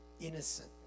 innocent